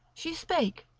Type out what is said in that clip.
she spake,